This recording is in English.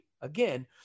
again